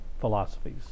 philosophies